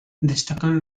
destacan